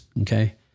Okay